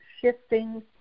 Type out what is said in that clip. shifting